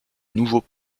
nouveau